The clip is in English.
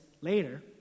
later